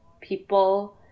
people